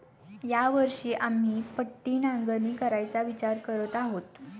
या वर्षी आम्ही पट्टी नांगरणी करायचा विचार करत आहोत